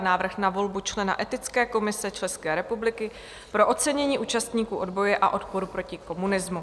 Návrh na volbu člena Etické komise České republiky pro ocenění účastníků odboje a odporu proti komunismu